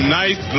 nice